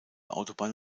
autobahn